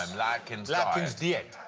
um le atkins atkins dee-ate.